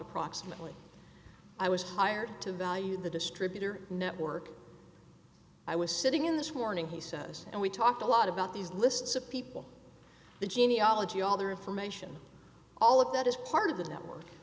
approximately i was hired to value the distributor network i was sitting in this morning he says and we talked a lot about these lists of people the genealogy all the information all of that is part of the network